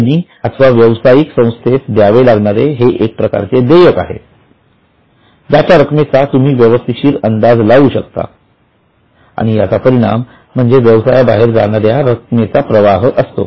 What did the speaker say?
company अथवा व्यावसायिक संस्थेस द्यावे लागणारे हे एक प्रकारचे देयक आहे ज्याच्या रकमेचा तुम्ही व्यवस्थित अंदाज लावू शकता आणि याचा परिणाम म्हणजे व्यवसाया बाहेर जाणाऱ्या रकमेचा प्रवाह असतो